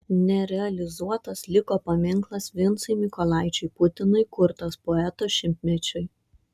nerealizuotas liko paminklas vincui mykolaičiui putinui kurtas poeto šimtmečiui